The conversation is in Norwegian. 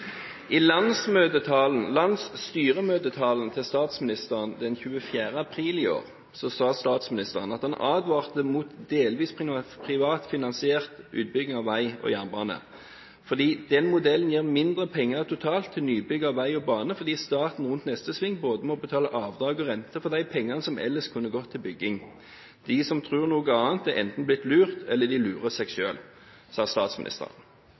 I landsstyremøtetalen til statsministeren den 24. april i år sa statsministeren at han advarte mot delvis privatfinansiert utbygging av vei og jernbane. Han sa: «Modellen gir mindre penger totalt til nybygg av vei og bane, fordi staten rundt neste sving både må betale avdrag og renter for de pengene som ellers kunne gått til bygging. De som tror noe annet, er enten blitt lurt eller de lurer seg